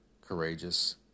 courageous